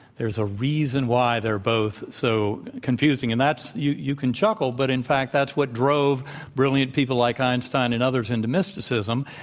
there's a reason why they're both so confusing. and that's you you can chuckle, but in fact, that's what drove brilliant people like einstein and others into mysticism.